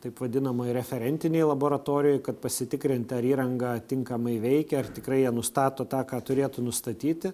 taip vadinamoj referentinėj laboratorijoj kad pasitikrinti ar įranga tinkamai veikia ar tikrai jie nustato tą ką turėtų nustatyti